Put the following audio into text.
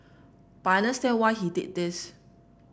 but I understand why he did this